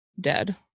dead